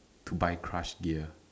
to buy crush gear